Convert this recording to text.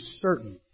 certain